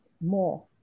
more